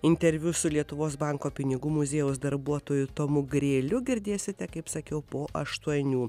interviu su lietuvos banko pinigų muziejaus darbuotoju tomu grėliu girdėsite kaip sakiau po aštuonių